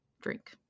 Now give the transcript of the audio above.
drink